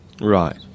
right